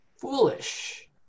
Foolish